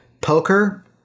poker